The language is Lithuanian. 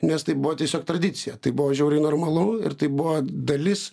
nes tai buvo tiesiog tradicija tai buvo žiauriai normalu ir tai buvo dalis